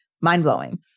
mind-blowing